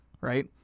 right